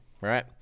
Right